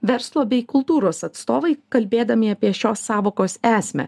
verslo bei kultūros atstovai kalbėdami apie šios sąvokos esmę